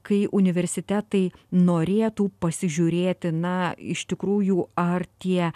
kai universitetai norėtų pasižiūrėti na iš tikrųjų ar tie